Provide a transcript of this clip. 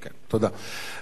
תודה.